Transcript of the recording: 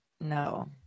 No